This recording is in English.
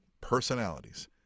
personalities